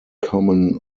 common